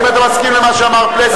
האם אתה מסכים למה שאמר פלסנר?